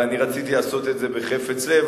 אבל אני רציתי לעשות את זה בחפץ לב,